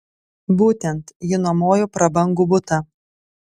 būtent ji nuomojo prabangų butą